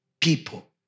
people